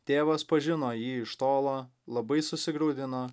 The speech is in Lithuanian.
tėvas pažino jį iš tolo labai susigraudino